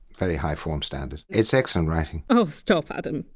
very high form standard. it's excellent writing oh stop, adam!